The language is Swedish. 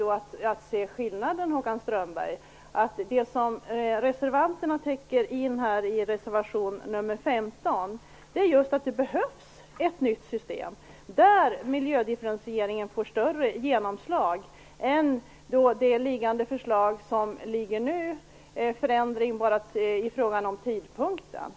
Den viktiga skillnaden, Håkan Strömberg, är den att det som reservanterna i reservation nr 15 anser är att det behövs ett nytt system, där miljödifferentieringen får större genomslag än det förslag som nu föreligger, med en förändring bara i fråga om tidpunkten.